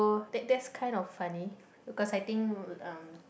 oh that that's kind of funny because I think em